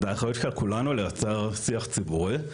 והאחריות של כולנו לייצר שיח ציבורי.